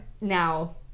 Now